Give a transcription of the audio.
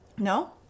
No